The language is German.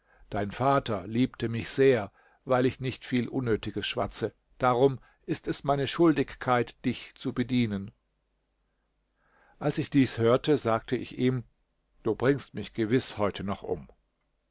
dein vater liebte mich sehr weil ich nicht viel unnötiges schwatze darum ist es meine schuldigkeit dich zu bedienen als ich dies hörte sagte ich ihm du bringst mich gewiß heute noch um